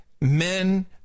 men